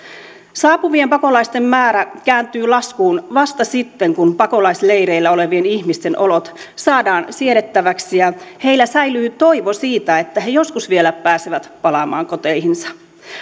saapuvien pakolaisten määrä kääntyy laskuun vasta sitten kun pakolaisleireillä olevien ihmisten olot saadaan siedettäviksi ja heillä säilyy toivo siitä että he joskus vielä pääsevät palaamaan koteihinsa